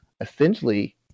essentially